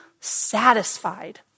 satisfied